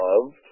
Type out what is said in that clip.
loved